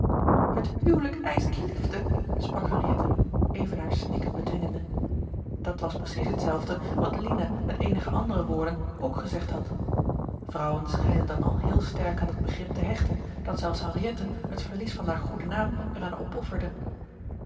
het huwelijk eischt liefde sprak henriette even haar snikken bedwingende dat was precies hetzelfde wat lina met eenige andere woorden ook gezegd had vrouwen schijnen dan al heel sterk aan dat begrip te hechten dat zelfs henriette het verlies van haar goeden naam er aan opofferde